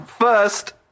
First